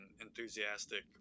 enthusiastic